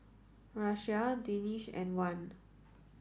Raisya Danish and Wan